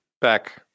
back